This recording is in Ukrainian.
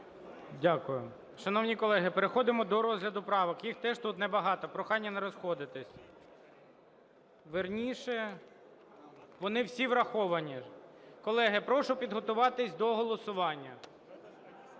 Дякую. Шановні колеги, переходимо до розгляду правок, їх теж тут небагато, прохання не розходитись. Вірніше, вони всі враховані. Колеги, прошу підготуватись до голосування.